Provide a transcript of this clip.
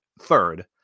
third